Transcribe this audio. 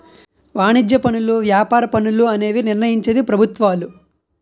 వాణిజ్య పనులు వ్యాపార పన్నులు అనేవి నిర్ణయించేది ప్రభుత్వాలు